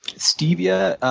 stevia,